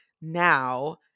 now